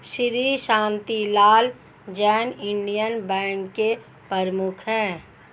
Shri Shantilal Jain Indian Bank के प्रमुख है